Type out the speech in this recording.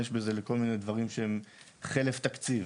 בזה לכל מיני דברים שהם חלף תקציב